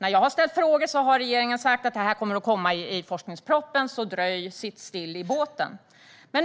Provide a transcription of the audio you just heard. När jag har ställt frågor om detta har regeringen sagt att detta kommer att komma i forskningspropositionen - dröj och sitt still i båten! Nu